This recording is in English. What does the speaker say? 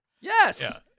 yes